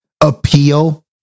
appeal